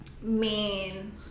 main